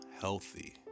healthy